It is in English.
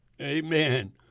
amen